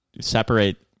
separate